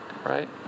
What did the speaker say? Right